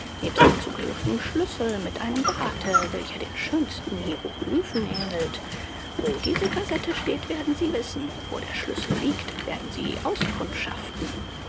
dazu gehörigem schlüssel mit einem barte welcher den schönsten hieroglyphen ähnelt wo diese cassette steht werden sie wissen wo der schlüssel liegt werden sie auskundschaften